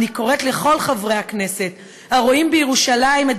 אני קוראת לכל חברי הכנסת הרואים בירושלים את